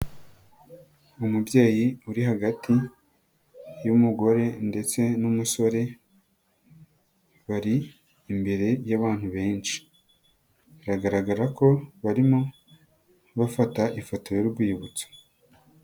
Umubyeyi uri hagati y'umugore ndetse n'umusore bari imbere y'abantu benshi, biragaragara ko barimo bafata ifoto y'urwibutso.